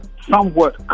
Somewhat